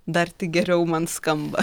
dar tik geriau man skamba